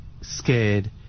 scared